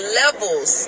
levels